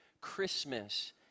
Christmas